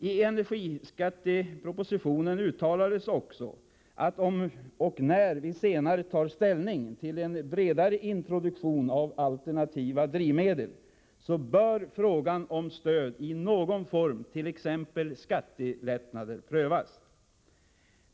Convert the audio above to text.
I energiskattepropositionen uttalades också att om och när vi senare tar ställning till en bredare introduktion av alternativa drivmedel, bör frågan om stöd i någon form, t.ex. skattelättnader, prövas.